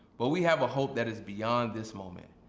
but we have a hope that is beyond this moment.